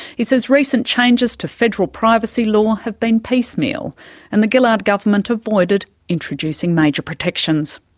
he says recent changes to federal privacy law have been piecemeal and the gillard government avoided introducing major protections.